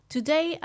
Today